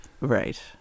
Right